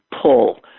pull